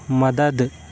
مدد